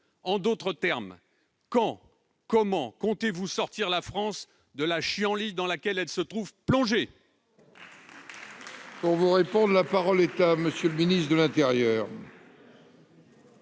En d'autres termes, quand et comment comptez-vous sortir la France de la chienlit dans laquelle elle se trouve plongée ? C'est excessif ! La parole est à M. le ministre de l'intérieur.